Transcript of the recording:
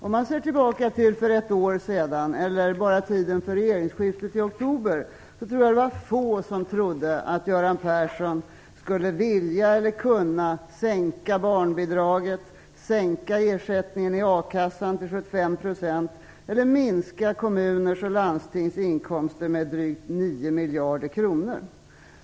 Om man ser tillbaka på för ett år sedan eller bara på fram till tiden för regeringsskiftet i oktober, tror jag att det var få som trodde att Göran Persson skulle vilja eller kunna minska barnbidraget, sänka ersättningen i akassan till 75 %, minska kommuners och landstings inkomster med drygt 9 miljarder kronor.